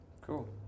cool